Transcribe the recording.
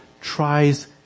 tries